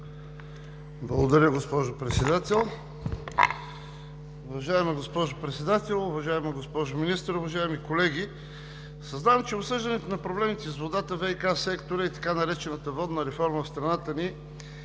Благодаря, госпожо Председател.